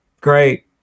great